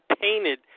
painted